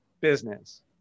business